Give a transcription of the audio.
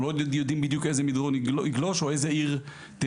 אנחנו עוד לא יודעים בדיוק איזה מדרון יגלוש או איזה עיר תנותק.